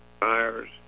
tires